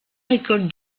récolte